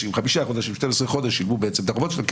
שנים חודשים את החובות שלהם?